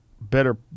better